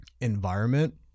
environment